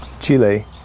Chile